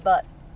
but